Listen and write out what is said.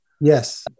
Yes